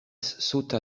sauta